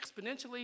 exponentially